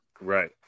Right